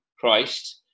christ